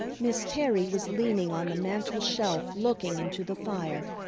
miss terry was leaning on the mantel-shelf looking into the fire,